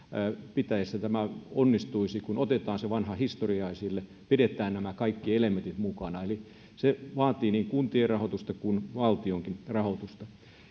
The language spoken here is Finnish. pitäjässä tämä onnistuisi kun otetaan se vanha historia esille pidetään nämä kaikki elementit mukana eli se vaatii niin kuntien rahoitusta kuin valtionkin rahoitusta